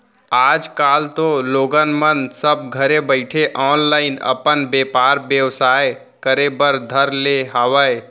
आज कल तो लोगन मन सब घरे बइठे ऑनलाईन अपन बेपार बेवसाय करे बर धर ले हावय